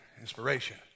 Inspiration